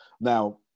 Now